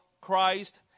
Christ